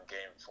Game